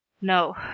No